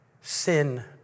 sin